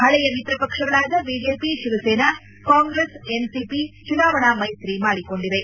ಹಳೆಯ ಮಿತ್ರಪಕ್ಷಗಳಾದ BJP Shiv Sena Congress NCP ಚುನಾವಣಾ ಮೈತ್ರಿ ಮಾಡಿಕೊಂಡಿವೆ